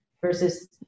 versus